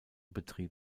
betrieb